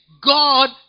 God